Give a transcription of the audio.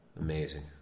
amazing